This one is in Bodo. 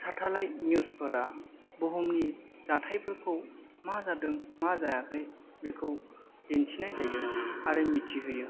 सेटेलाइट निउसफोरा गोदान जाथायफोरखौ मा जादों मा जायाखै बिखौ दिन्थिनाय जायो आरो मिथिहोयो